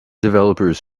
developers